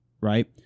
right